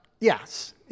Yes